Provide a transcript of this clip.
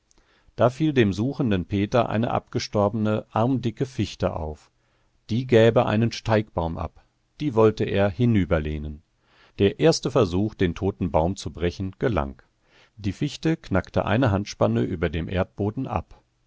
da fiel dem suchenden peter eine abgestorbene armdicke fichte auf die gäbe einen steigbaum ab die wollte er hinüberlehnen der erste versuch den toten baum zu brechen gelang die fichte knackte eine handspanne über dem erdboden ab